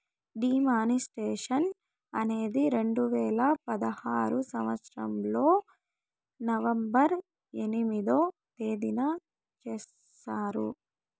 D మానిస్ట్రేషన్ అనేది రెండు వేల పదహారు సంవచ్చరంలో నవంబర్ ఎనిమిదో తేదీన చేశారు